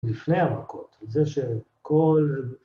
לפני הערכות, זה שכל...